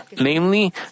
Namely